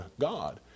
God